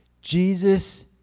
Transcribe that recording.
Jesus